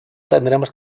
tendremos